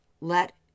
let